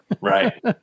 Right